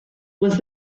was